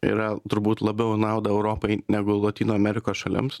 yra turbūt labiau į naudą europai negu lotynų amerikos šalims